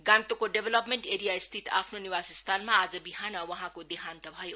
गान्तोकको development area स्थित आफ्नो निवासस्थानमा आज बिहान वहाँको देहान्त भयो